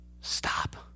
Stop